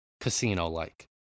casino-like